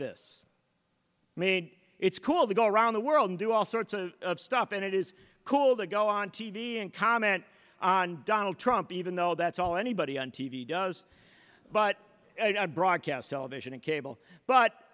this made it's cool to go around the world and do all sorts of stuff and it is cool to go on t v and comment on donald trump even though that's all anybody on t v does but broadcast television and cable but